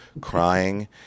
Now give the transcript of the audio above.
crying